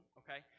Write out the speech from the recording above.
okay